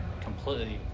completely